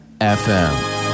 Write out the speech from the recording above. FM